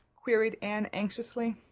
queried anne anxiously.